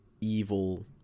Evil